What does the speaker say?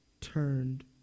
turned